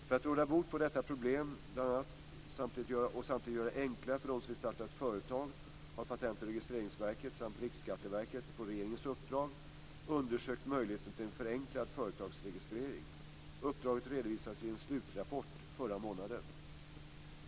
För att råda bot på bl.a. detta problem och samtidigt göra det enklare för dem som vill starta ett företag har Patent och registreringsverket samt Riksskatteverket på regeringens uppdrag undersökt möjligheten till en förenklad företagsregistrering. Uppdraget redovisades i en slutrapport förra månaden.